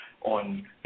on